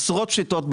אלא עשרות שיטות,